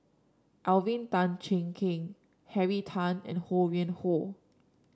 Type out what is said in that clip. Alvin Tan Cheong Kheng Henry Tan and Ho Yuen Hoe